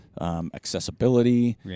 Accessibility